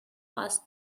was